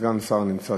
סגן שר נמצא,